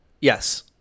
Yes